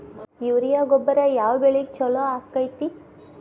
Urea ಗೊಬ್ಬರ ಯಾವ ಬೆಳಿಗೆ ಛಲೋ ಆಕ್ಕೆತಿ?